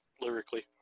lyrically